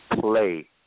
play